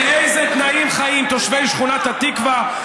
באיזה תנאים חיים תושבי שכונת התקווה,